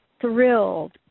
thrilled